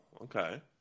okay